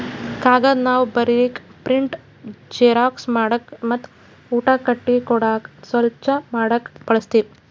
ಕಾಗದ್ ನಾವ್ ಬರೀಕ್, ಪ್ರಿಂಟ್, ಜೆರಾಕ್ಸ್ ಮಾಡಕ್ ಮತ್ತ್ ಊಟ ಕಟ್ಟಿ ಕೊಡಾದಕ್ ಸ್ವಚ್ಚ್ ಮಾಡದಕ್ ಬಳಸ್ತೀವಿ